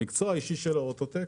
המקצוע האישי שלו הוא אוטו-טק